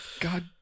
God